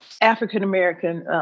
African-American